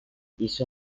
hizo